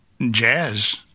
jazz